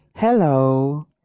Hello